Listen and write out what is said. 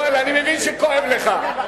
שמע, יואל, אני מבין שכואב לך.